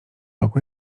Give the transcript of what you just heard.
roku